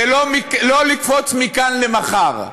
זה לא לקפוץ מכאן למחר.